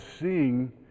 seeing